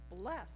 bless